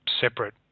separate